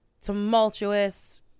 tumultuous